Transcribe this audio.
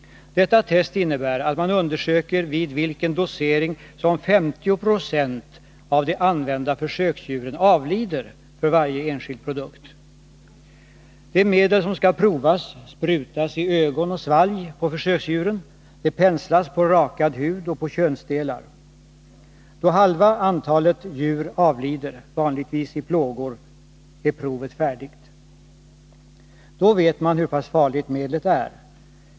Detta test innebär att man undersöker vid vilken doserig som 50 20 av de använda försöksdjuren avlider för varje enskild produkt. Det medel som skall provas sprutas i ögon och svalg på försöksdjuren. Det penslas på rakad hud och på könsdelar. Då halva antalet djur avlider — vanligtvis i plågor — är provet färdigt. Då vet man hur pass farligt medlet är.